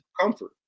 Comfort